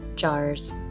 Jars